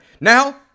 Now